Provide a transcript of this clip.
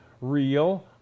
Real